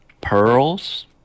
pearls